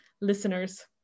listeners